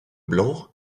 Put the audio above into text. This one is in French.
blanc